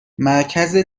مرکز